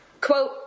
quote